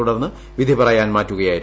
തുടർന്ന് വിധി പറയാൻ മാറ്റുകയായിരുന്നു